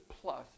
plus